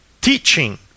teaching